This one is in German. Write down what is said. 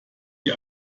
die